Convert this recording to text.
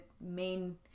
main